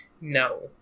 No